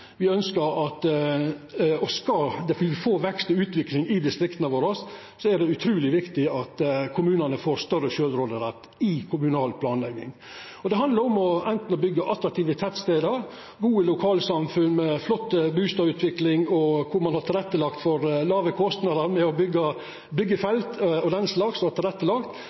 Skal me få vekst og utvikling i distrikta våre, er det utruleg viktig at kommunane får større sjølvråderett i kommunal planlegging. Det handlar om å byggja attraktive tettstader, gode lokalsamfunn med flott bustadutvikling, der ein legg til rette for låge kostnader ved å laga byggefelt og den